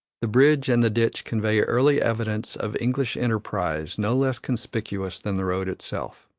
the bridge and the ditch convey early evidence of english enterprise no less conspicuous than the road itself.